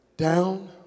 Down